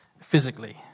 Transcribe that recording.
physically